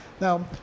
Now